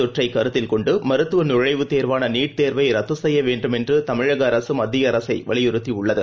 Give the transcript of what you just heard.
தொற்றைக் கருத்தில் கொண்டுமருத்துவநுழைவுத் தேர்வானநீட் தேர்வைரத்துசெய்யவேண்டும் கோவிட் என்று தமிழகஅரசுமத்தியஅரசைவலியுறுத்தியுள்ளது